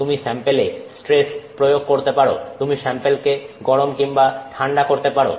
তুমি স্যাম্পেলে স্ট্রেস প্রয়োগ করতে পারো তুমি স্যাম্পেলকে গরম কিংবা ঠাণ্ডা করতে পারো